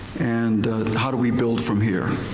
and how do we build from here.